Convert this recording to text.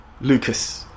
Lucas